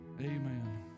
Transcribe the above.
amen